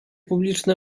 publiczne